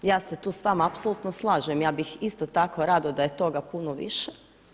Ja se tu s vama apsolutno slažem, ja bih isto tako rado da je toga puno više.